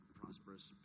prosperous